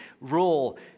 rule